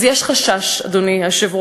אז יש חשש, אדוני היושב-ראש.